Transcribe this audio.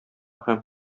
һәм